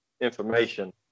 information